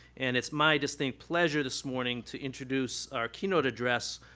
and it's my distinct pleasure this morning to introduce our keynote address,